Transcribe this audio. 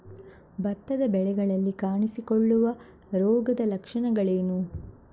ಭತ್ತದ ಬೆಳೆಗಳಲ್ಲಿ ಕಾಣಿಸಿಕೊಳ್ಳುವ ರೋಗದ ಲಕ್ಷಣಗಳೇನು?